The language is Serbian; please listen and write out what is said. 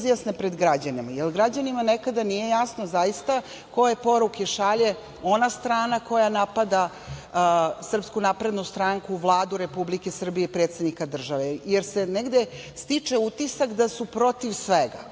izjasne pred građanima. Građanima nekad nije jasno zaista koje poruke šalje ona strana koja napada SNS, Vladu Republike Srbije i predsednika države, jer se negde stiče utisak da su protiv svega,